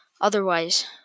Otherwise